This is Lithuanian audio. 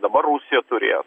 dabar rusija turė